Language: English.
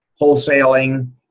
wholesaling